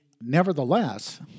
Nevertheless